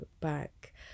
back